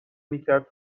میکرد